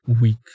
weak